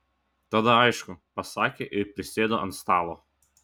tada aišku pasakė ir prisėdo ant stalo